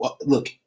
look